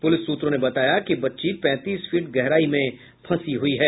police सूत्रों ने बताया कि बच्ची पैंतीस फीट गहराई में फंसी हुई है